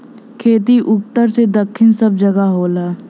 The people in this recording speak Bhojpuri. खेती उत्तर से दक्खिन सब जगह होला